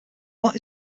what